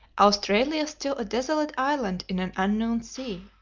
australia still a desolate island in an unknown sea.